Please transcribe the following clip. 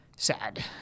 Sad